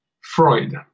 Freud